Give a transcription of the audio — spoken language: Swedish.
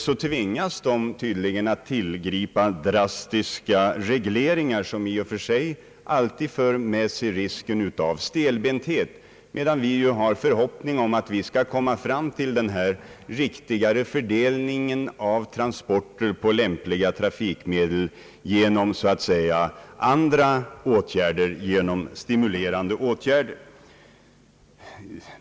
De tvingas att tillgripa drastiska regleringar, som i och för sig alltid för med sig risken av stelbenthet, medan vi har förhoppning om att vi genom en konkurrens på lika villkor skall komma fram till denna riktigare fördelning av transporter på lämpliga trafikmedel.